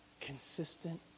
consistent